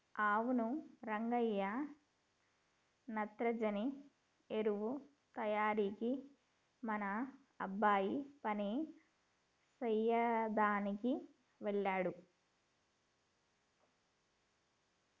అవును రంగయ్య నత్రజని ఎరువు తయారీకి మన అబ్బాయి పని సెయ్యదనికి వెళ్ళాడు